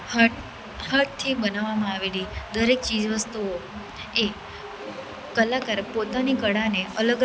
હાથ હાથથી બનાવામાં આવેલી દરેક પોતાની કળાને અલગ અલગ રીતે